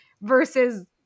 versus